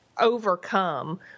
overcome